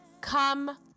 come